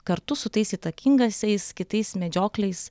kartu su tais įtakingaisiais kitais medžiokliais